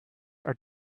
are